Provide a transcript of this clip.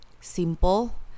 Simple